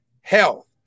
health